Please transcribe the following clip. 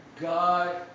God